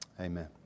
Amen